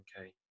okay